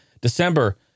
December